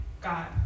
God